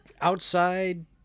outside